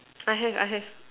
I have I have